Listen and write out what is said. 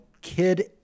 Kid